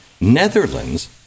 Netherlands